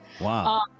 Wow